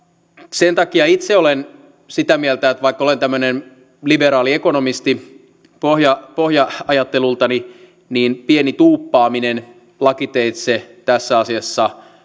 sen takia itse olen sitä mieltä että vaikka olen tämmöinen liberaali ekonomisti pohja pohja ajattelultani niin pieni tuuppaaminen lakiteitse tässä asiassa